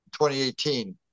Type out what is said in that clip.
2018